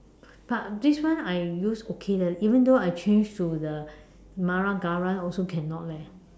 but this one I use okay leh even though I changed to the mara-gara one also cannot leh